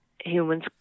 humans